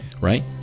right